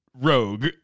rogue